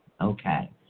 Okay